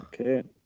okay